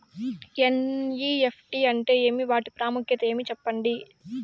NEFT అంటే ఏమి వాటి ప్రాముఖ్యత ఏమి? సెప్పండి?